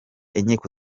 inkiko